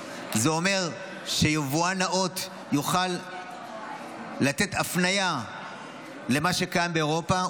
זה אומר שיבואן נאות יוכל לתת הפנייה למה שקיים באירופה,